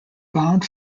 bound